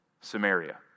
Samaria